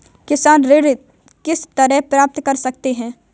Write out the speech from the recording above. किसान ऋण किस तरह प्राप्त कर सकते हैं?